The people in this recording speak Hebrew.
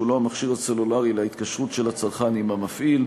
לא המכשיר הסלולרי להתקשרות של הצרכן עם המפעיל,